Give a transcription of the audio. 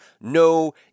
no